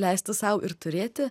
leisti sau ir turėti